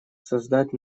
создать